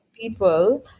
people